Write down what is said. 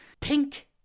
pink